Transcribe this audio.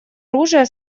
оружия